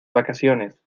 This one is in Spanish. vacaciones